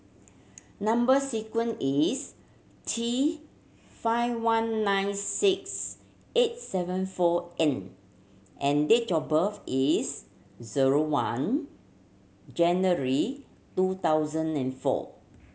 number sequence is T five one nine six eight seven four N and date of birth is zero one January two thousand and four